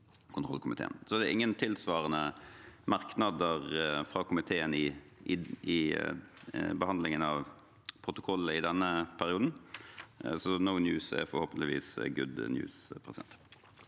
Det er ingen tilsvarende merknader fra komiteen i behandlingen av protokollene i denne perioden, så «no news» er forhåpentligvis «good news». Presidenten